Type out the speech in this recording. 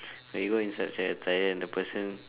when you go inside the attire and the person